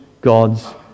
God's